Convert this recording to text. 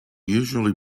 usually